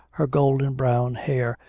her golden brown hair,